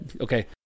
okay